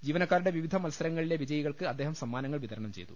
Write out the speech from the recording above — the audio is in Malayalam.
ജീവനക്കാരുടെ വിവിധ മത്സരങ്ങളിലെ വിജയികൾക്ക് അദ്ദേഹം സമ്മാനങ്ങൾ വിതരണം ചെയ്തു